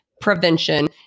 prevention